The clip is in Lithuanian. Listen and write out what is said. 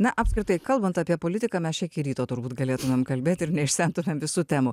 na apskritai kalbant apie politiką mes čia iki ryto turbūt galėtumėm kalbėt ir neišsemtumėm visų temų